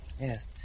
yes